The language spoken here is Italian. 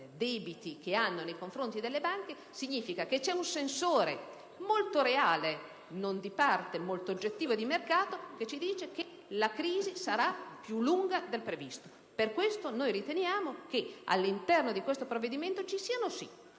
debiti che hanno nei confronti delle banche significa che c'è un sensore molto reale, non di parte ma oggettivo e di mercato, che ci annuncia che la crisi sarà più lunga del previsto. Per questo motivo noi riteniamo che questo provvedimento contenga, sì,